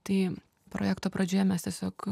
tai projekto pradžioje mes tiesiog